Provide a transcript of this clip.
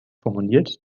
formuliert